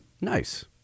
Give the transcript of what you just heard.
Nice